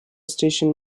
station